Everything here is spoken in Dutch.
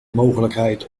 mogelijkheid